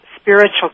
spiritual